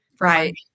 right